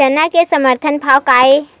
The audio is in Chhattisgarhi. चना के समर्थन भाव का हे?